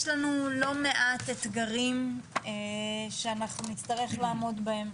יש לנו לא מעט אתגרים שאנחנו נצטרך לעמוד בהם.